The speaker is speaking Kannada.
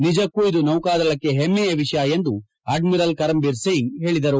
ನಿಜಕ್ಕೂ ಇದು ನೌಕಾದಳಕ್ಕೆ ಹೆಮ್ಮೆಯ ವಿಷಯ ಎಂದು ಅಡ್ಮಿರಲ್ ಕರಂಜೀರ್ ಸಿಂಗ್ ಹೇಳದರು